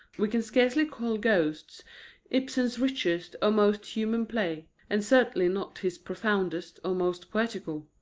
we can scarcely call ghosts ibsen's richest or most human play, and certainly not his profoundest or most poetical.